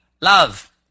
love